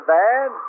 bad